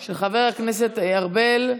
של חבר הכנסת ארבל,